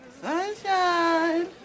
Sunshine